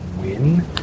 win